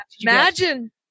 imagine